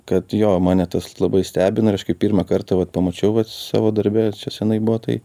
kad jo mane tas labai stebina ir aš kaip pirmą kartą vat pamačiau vat savo darbe čia seniai buvo tai